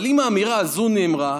אבל אם האמירה הזו נאמרה,